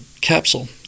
capsule